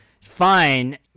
fine